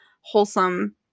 wholesome